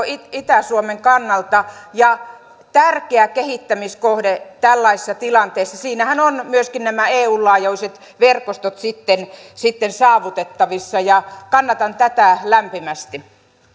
itä itä suomen kannalta ja tärkeä kehittämiskohde tällaisessa tilanteessa siinähän ovat myöskin nämä eun laajuiset verkostot sitten sitten saavutettavissa kannatan tätä lämpimästi